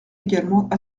également